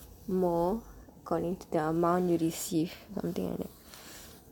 more according to the amount you receive something like that